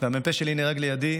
והמ"פ שלי נהרג לידי,